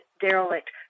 derelict